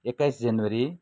एक्काइस जनवरी